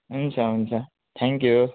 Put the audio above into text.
हुन्छ हुन्छ thank you